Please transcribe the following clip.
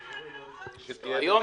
היום,